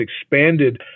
expanded